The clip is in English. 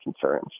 concerns